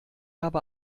habe